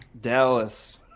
Dallas